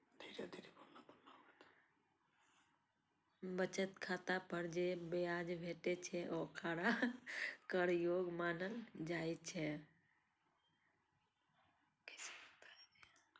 बचत खाता पर जे ब्याज भेटै छै, ओकरा कर योग्य मानल जाइ छै